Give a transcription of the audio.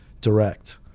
direct